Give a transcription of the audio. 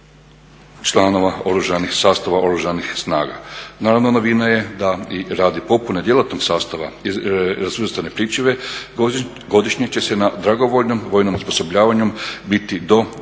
članova, sastava Oružanih snaga. Naravno novina je da i radi popune djelatnog sastava razvrstane pričuve godišnje će se na dragovoljnom vojnom osposobljavanju biti do